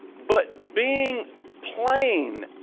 but being plain,